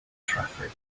traffic